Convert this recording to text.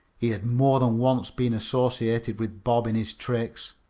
he had more than once been associated with bob in his tricks.